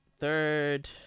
third